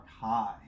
high